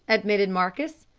admitted marcus.